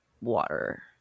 water